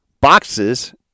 boxes